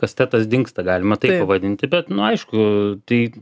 kastetas dingsta galima vadinti bet nu aišku tai